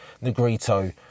negrito